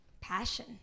passion